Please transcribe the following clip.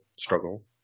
struggle